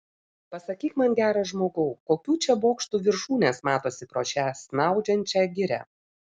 pasakyk man geras žmogau kokių čia bokštų viršūnės matosi pro šią snaudžiančią girią